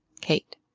Kate